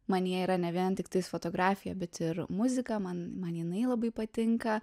manyje yra ne vien tiktais fotografija bet ir muzika man man jinai labai patinka